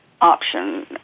option